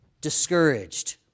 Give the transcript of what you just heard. discouraged